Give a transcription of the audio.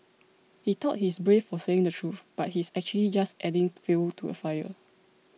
he thought he's brave for saying the truth but he's actually just adding fuel to the fire